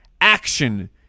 action